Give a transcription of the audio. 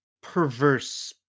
perverse